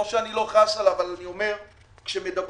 לא שאני לא חס עליו אבל אני אומר שכאשר מדברים,